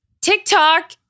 TikTok